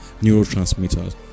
neurotransmitters